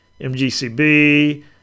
MGCB